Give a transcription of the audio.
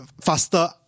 faster